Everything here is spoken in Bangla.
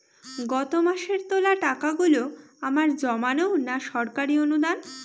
গত মাসের তোলা টাকাগুলো আমার জমানো না সরকারি অনুদান?